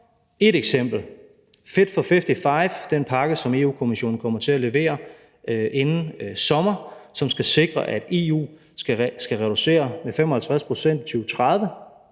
Et eksempel: Fit for 55, altså den pakke, som Europa-Kommissionen kommer til at levere inden sommer, og som skal sikre, at EU skal reducere med 55 pct. i 2030